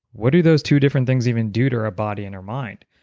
what do those two different things even do to a body and our mind?